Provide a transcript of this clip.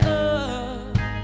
up